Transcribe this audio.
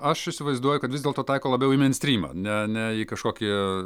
aš įsivaizduoju kad vis dėlto taiko labiau į meinstrymą ne ne į kažkokį